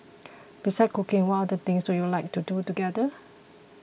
besides cooking what other things do you like to do together